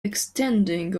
extending